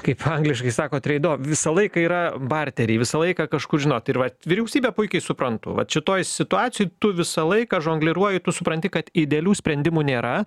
kaip angliškai sako treido visą laiką yra barteriai visą laiką kažkur žinot ir vat vyriausybė puikiai suprantu vat šitoj situacijoj tu visą laiką žongliruoji tu supranti kad idealių sprendimų nėra